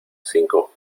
cinco